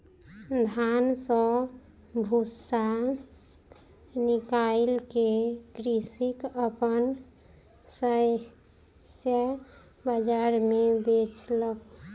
धान सॅ भूस्सा निकाइल के कृषक अपन शस्य बाजार मे बेचलक